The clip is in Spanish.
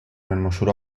hermosura